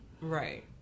right